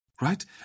right